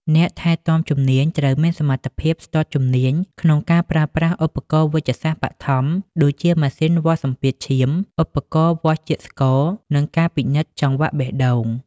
អ្នកថែទាំជំនាញត្រូវមានសមត្ថភាពស្ទាត់ជំនាញក្នុងការប្រើប្រាស់ឧបករណ៍វេជ្ជសាស្ត្របឋម ដូចជាម៉ាស៊ីនវាស់សម្ពាធឈាម ឧបករណ៍វាស់ជាតិស្ករ និងការពិនិត្យចង្វាក់បេះដូង។